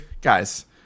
guys